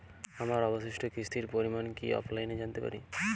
আমার অবশিষ্ট কিস্তির পরিমাণ কি অফলাইনে জানতে পারি?